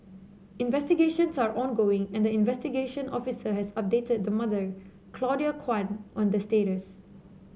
investigations are ongoing and the investigation officer has updated the mother Claudia Kwan on the status